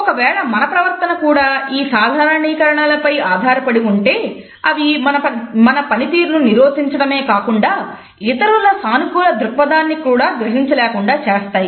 ఒకవేళ మన ప్రవర్తన ఈ సాధారణీకరణల పై ఆధారపడి ఉంటే అవి మన పనితీరును నిరోధించడమే కాకుండా ఇతరుల సానుకూల దృక్పధాన్ని కూడా గ్రహించలేకుండా చేస్తాయి